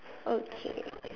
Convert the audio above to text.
okay